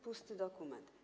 Pusty dokument.